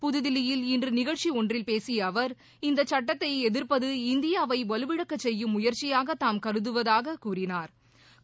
புதுதில்லியில் இன்று நிகழ்ச்சி ஒன்றில் பேசிய அவர் இந்தச் சுட்டத்தை எதிர்ப்பது இந்தியாவை வலுவிழக்கச் செய்யும் முயற்சியாக தாம் கருதுவதாக கூறினாா்